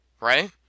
right